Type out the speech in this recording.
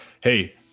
hey